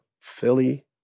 Philly